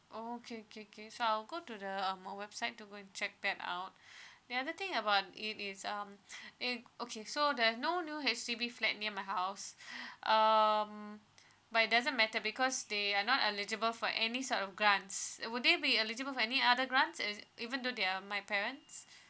okay K K so I'll go to the uh more website to go and check that out the other thing about it is um if okay so there's no new H_D_B flat near my house um but it doesn't matter because they are not eligible for any sort of grants uh will there be eligible for any other grants it's even though they are my parents